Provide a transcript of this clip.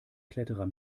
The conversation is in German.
kletterer